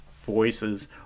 voices